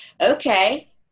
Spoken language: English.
okay